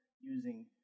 using